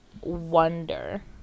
Wonder